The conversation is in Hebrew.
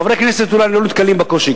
חברי כנסת אולי לא נתקלים בקושי,